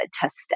test